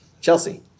Chelsea